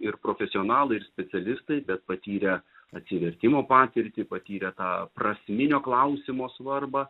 ir profesionalai ir specialistai bet patyrę atsivertimo patirtį patyrę tą prasminio klausimo svarbą